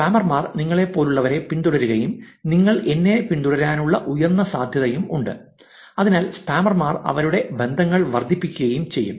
സ്പാമർമാർ നിങ്ങളെപ്പോലുള്ളവരെ പിന്തുടരുകയും നിങ്ങൾ എന്നെ പിന്തുടരാനുള്ള ഉയർന്ന സാധ്യതയുണ്ട് അതിനാൽ സ്പാമർമാർ അവരുടെ ബന്ധങ്ങൾ വർദ്ധിപ്പിക്കുകയും ചെയ്യും